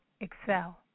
excel